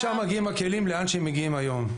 משם מגיעים הכלים לאן שהם מגיעים היום.